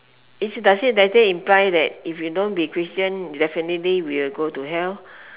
is does it does it imply that if you don't be christian definitely will go to hell